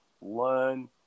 Learn